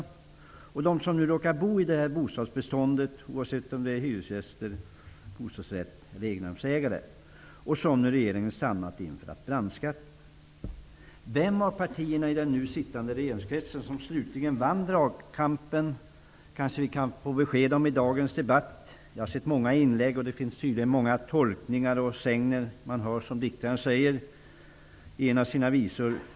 Det är de som råkar bo i här aktuella bostadsbestånd, oavsett om det är hyresgäster, bostadsrättsinnehavare eller egnahemsägare, som regeringen har stannat för att brandskatta. Vilket av partierna i den nu sittande regeringskretsen som slutligen vann dragkampen kanske vi kan få besked om i dagens debatt. Jag har sett många inlägg, och det finns tydligen många tolkningar och även sägner, som en diktare säger i en av sina visor.